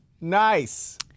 Nice